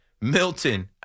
Milton